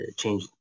change